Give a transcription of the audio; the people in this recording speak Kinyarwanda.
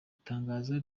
itangazo